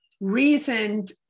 reasoned